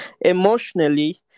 emotionally